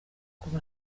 koko